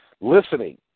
Listening